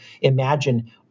imagine